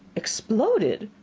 exploded!